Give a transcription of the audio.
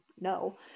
No